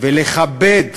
ולכבד